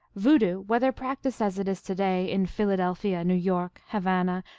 voodoo, whether practiced, as it is to-day, in philadelphia, new york, havana,